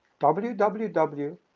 www